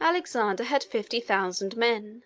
alexander had fifty thousand men